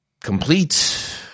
complete